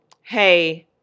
hey